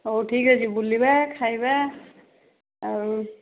ହଉ ଠିକ୍ ଅଛି ବୁଲିବା ଖାଇବା ଆଉ